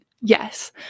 Yes